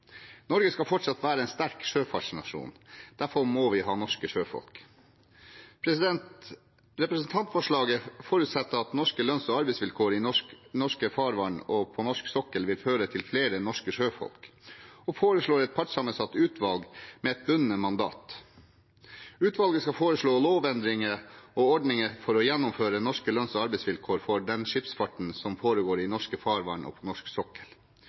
Norge skal fortsatt være en sterk sjøfartsnasjon, og derfor må vi ha norske sjøfolk. Representantforslaget forutsetter at norske lønns- og arbeidsvilkår i norske farvann og på norsk sokkel vil føre til flere norske sjøfolk, og foreslår et partssammensatt utvalg med et bundet mandat. Utvalget skal foreslå lovendringer og ordninger for å gjennomføre norske lønns- og arbeidsvilkår for den skipsfarten som foregår i norske farvann og på norsk sokkel.